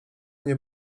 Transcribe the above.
nie